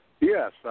Yes